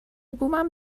بومم